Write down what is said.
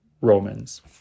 Romans